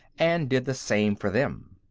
and did the same for them.